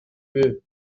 peu